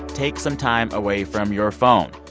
take some time away from your phone.